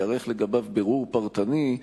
ייערך לגביו בירור פרטני,